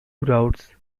routes